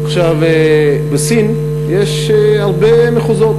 עכשיו, בסין יש הרבה מחוזות.